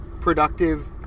productive